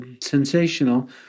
sensational